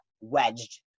wedged